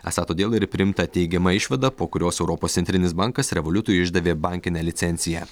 esą todėl ir priimta teigiama išvada po kurios europos centrinis bankas revoliutui išdavė bankinę licenciją